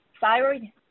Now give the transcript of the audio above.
thyroid